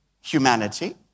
humanity